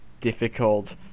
difficult